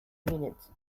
minutes